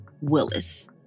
Willis